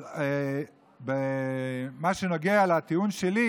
מה שנוגע לטיעון שלי